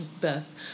Birth